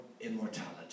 immortality